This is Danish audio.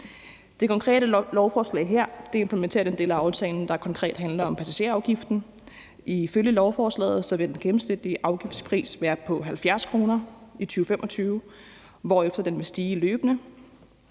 Det konkrete lovforslag her implementerer den del af aftalen, der konkret handler om passagerafgiften. Ifølge lovforslaget vil den gennemsnitlige afgiftsstørrelse være på 70 kr. i 2025, hvorefter den vil stige løbende.